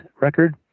record